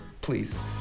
please